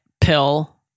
pill